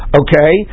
okay